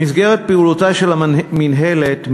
במסגרת פעולותיה של המינהלת,